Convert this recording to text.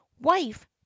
Wife